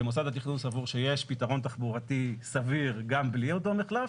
ומוסד התכנון סבור שיש פתרון תחבורתי סביר גם בלי אותו מחלף,